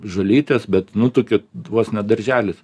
žolytės bet nu tokia vos ne darželis